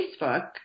Facebook